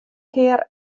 kear